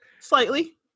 Slightly